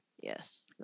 yes